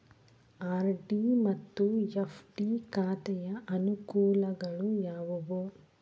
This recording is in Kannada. ಆರ್.ಡಿ ಮತ್ತು ಎಫ್.ಡಿ ಖಾತೆಯ ಅನುಕೂಲಗಳು ಯಾವುವು?